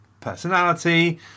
personality